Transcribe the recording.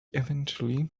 eventually